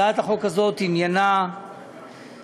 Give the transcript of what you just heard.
הצעת החוק הזאת, עניינה הארכיונים,